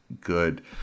good